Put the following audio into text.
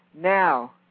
Now